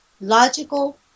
Logical